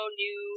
new